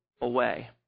away